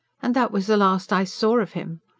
and that was the last i saw of him.